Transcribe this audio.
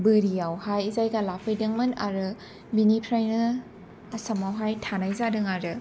बोरियावहाय जायगा लाफैदोंमोन आरो बेनिफ्रायनो आसामावहाय थानाय जादों आरो